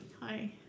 Hi